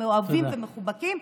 והם מאוהבים ומחובקים.